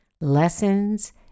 lessons